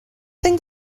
think